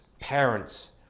Parents